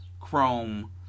chrome